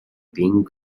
bing